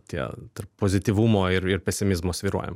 tie tarp pozityvumo ir ir pesimizmo svyruojam